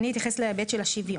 אני אתייחס להיבט של השוויון.